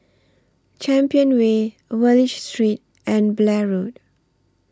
Champion Way Wallich Street and Blair Road